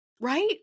Right